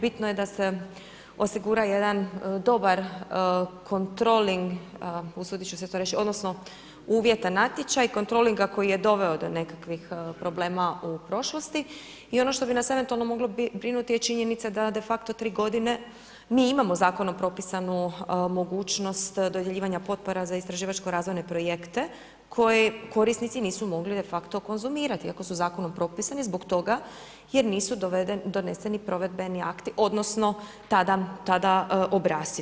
Bitno je da se osigura jedan dobar kontroling, usudit ću se to reći odnosno uvjet na natječaj kontrolinga koji je doveo do nekakvih problema u prošlosti i ono što bi nas eventualno moglo brinuti je činjenica da de facto 3 godine mi imamo zakonom propisanu mogućnost dodjeljivanja potpora za istraživačko razvojne projekte koji korisnici nisu mogli de facto konzumirati iako su zakonom propisani zbog toga jer nisu doneseni provedbeni akti odnosno tada obrasci.